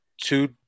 Two